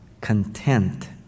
content